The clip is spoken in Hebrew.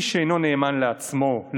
מי שאינו נאמן לעצמו,